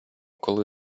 коли